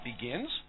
begins